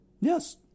Yes